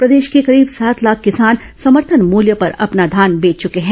प्रदेश के करीब सात लाख किसान समर्थन मूल्य पर अपना धान बेच चुके हैं